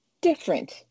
different